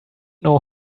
know